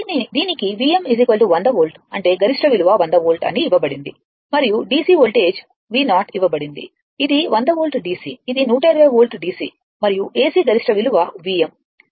దీనికి Vm 100 volt అంటే గరిష్ట విలువ 100 వోల్ట్ అని ఇవ్వబడింది మరియు DC వోల్టేజ్ V0 ఇవ్వబడింది ఇది 100 వోల్ట్ DC ఇది 120 వోల్ట్ DC మరియు AC గరిష్ట విలువ Vm